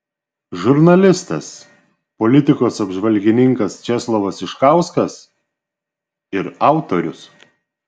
žurnalistas politikos apžvalgininkas česlovas iškauskas ir autorius